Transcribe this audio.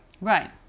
right